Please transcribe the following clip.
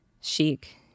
chic